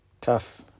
tough